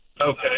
Okay